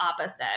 opposite